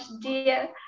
dear